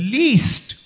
least